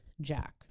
Jack